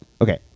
okay